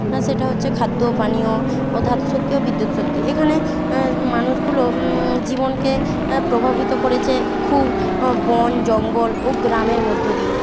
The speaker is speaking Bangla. হ্যাঁ সেটা হচ্ছে খাদ্য পানীয় ও ধাতু শক্তি ও বিদ্যুৎ শক্তি এখানে মানুষগুলো জীবনকে প্রভাবিত করেছে খুব বন জঙ্গল ও গ্রামের মধ্য দিয়ে